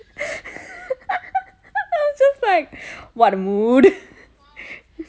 I was just like what a mood